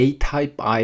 A-type-I